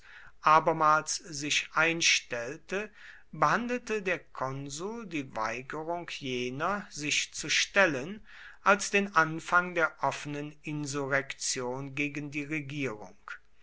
abermals sich einstellte behandelte der konsul die weigerung jener sich zu stellen als den anfang der offenen insurrektion gegen die regierung